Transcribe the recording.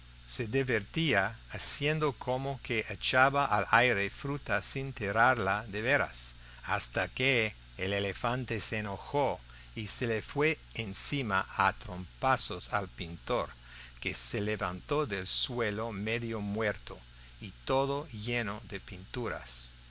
se divertía haciendo como que echaba al aire fruta sin tirarla de veras hasta que el elefante se enojó y se le fue encima a trompazos al pintor que se levantó del suelo medio muerto y todo lleno de pinturas